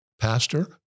pastor